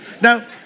Now